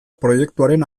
proiektuaren